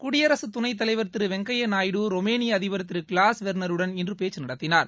குடியரசுத்துணைத்தலைவர் திரு வெங்கய்யா நாயுடு ரொமேனிய அதிபர்திரு கிளாஸ் வெர்னருடன் இன்று பேச்சு நடத்தினார்